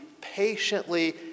patiently